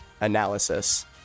analysis